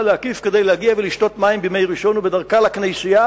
להקיף כדי להגיע ולשתות מים בימי ראשון ובדרכה אל הכנסייה,